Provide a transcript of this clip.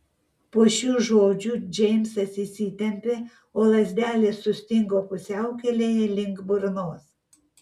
po šių žodžių džeimsas įsitempė o lazdelės sustingo pusiaukelėje link burnos